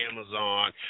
amazon